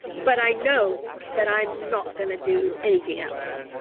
but i know that i'm not going to do anything else.